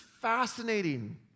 fascinating